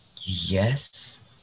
Yes